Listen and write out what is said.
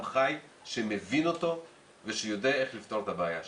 חי שמבין אותו ושיודע איך לפתור את הבעיה שלו.